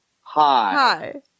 Hi